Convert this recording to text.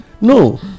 no